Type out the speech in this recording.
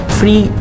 free